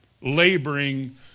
laboring